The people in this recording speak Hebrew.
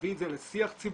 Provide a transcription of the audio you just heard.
להביא את זה לשיח ציבורי,